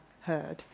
heard